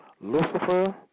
Lucifer